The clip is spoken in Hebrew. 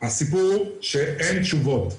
הסיפור שאין תשובות.